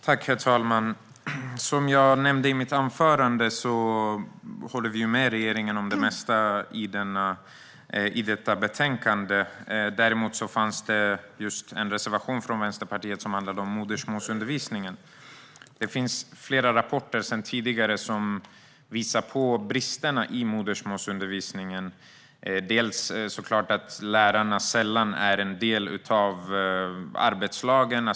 Herr talman! Som jag nämnde i mitt anförande håller vi med regeringen om det mesta i detta betänkande, men det finns en reservation från Vänsterpartiet om modersmålsundervisningen. Det finns sedan tidigare flera rapporter som visar på bristerna i modersmålsundervisningen. Lärarna är såklart sällan en del av arbetslagen.